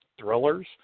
thrillers